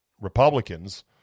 Republicans